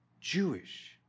Jewish